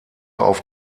auf